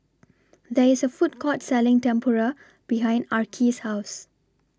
There IS A Food Court Selling Tempura behind Arkie's House